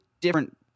different